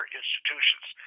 institutions